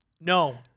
No